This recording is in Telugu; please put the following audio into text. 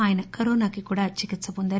ఆయన కరోనాకి కూడా చికిత్స పొందారు